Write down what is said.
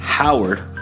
Howard